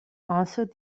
answered